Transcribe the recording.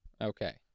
Okay